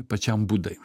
pačiam budai